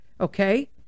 Okay